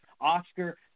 Oscar